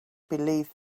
believe